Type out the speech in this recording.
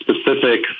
specific